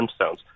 Gemstones